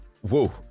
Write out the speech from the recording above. whoa